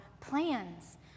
plans